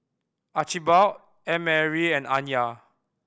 Archibald Annmarie and Anya